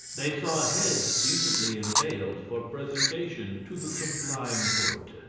they saw heads decently impaled for presentation to the sublime porte.